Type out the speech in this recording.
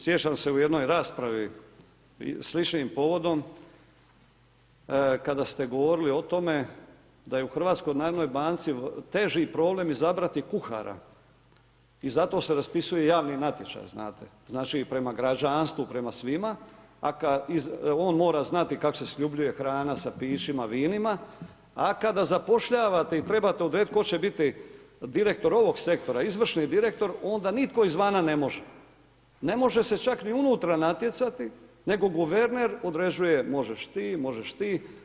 Sjećam se u jednoj raspravi sličnim povodom kada ste govorili o tome da u HNB teži problem izabrati kuhara i zato se raspisuje javni natječaj, znate, znači prema građanstvu, prema svima, a on mora znati kako se sljubljuje hrana sa pićima, vinima, a kada zapošljavate i trebate odredit tko će biti direktor ovog sektora, izvršni direktor, onda nitko iz vana ne može, ne može se čak ni unutra natjecati, nego guverner određuje možeš ti, možeš ti.